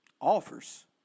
offers